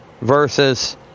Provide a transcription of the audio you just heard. versus